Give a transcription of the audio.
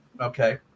okay